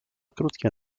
krótkie